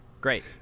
Great